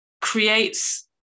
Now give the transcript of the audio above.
creates